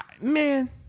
Man